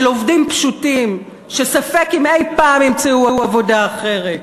עובדים פשוטים שספק אם אי-פעם ימצאו עבודה אחרת.